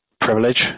privilege